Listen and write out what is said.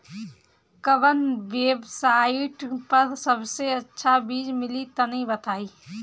कवन वेबसाइट पर सबसे अच्छा बीज मिली तनि बताई?